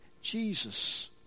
Jesus